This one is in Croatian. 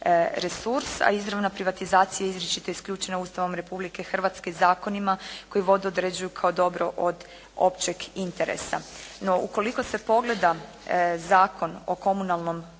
a izravna privatizacija je izričito isključena Ustavom Republike Hrvatske i zakonima koji vodu određuju kao dobro od općeg interesa. No ukoliko se pogleda Zakon o komunalnom